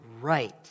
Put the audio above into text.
right